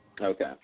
Okay